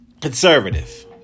conservative